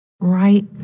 right